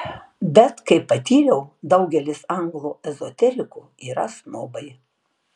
bet kaip patyriau daugelis anglų ezoterikų yra snobai